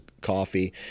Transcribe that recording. coffee